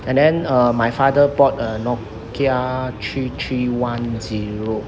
and then uh my father bought a nokia three three one zero